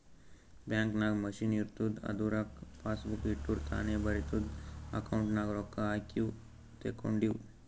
bank ನಾಗ್ machine ಇರ್ತುದ್ ಅದುರಾಗ್ ಪಾಸಬುಕ್ ಇಟ್ಟುರ್ ತಾನೇ ಬರಿತುದ್ ಅಕೌಂಟ್ ನಾಗ್ ರೊಕ್ಕಾ ಹಾಕಿವು ತೇಕೊಂಡಿವು